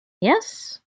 Yes